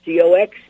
Cox